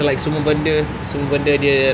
so like semua benda semua benda dia